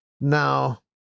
Now